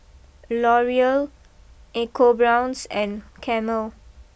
L Oreal ecoBrown's and Camel